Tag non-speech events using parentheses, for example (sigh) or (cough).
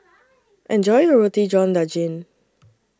(noise) Enjoy your Roti John Daging